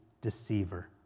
deceiver